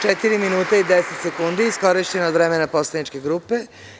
Četiri minuta i deset sekundi, iskorišćeno od vremena poslaničke grupe.